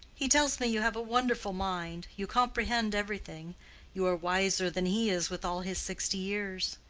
he tells me you have a wonderful mind you comprehend everything you are wiser than he is with all his sixty years.